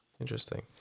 Interesting